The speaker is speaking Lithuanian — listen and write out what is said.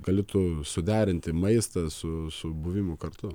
gali tu suderinti maistą su su buvimu kartu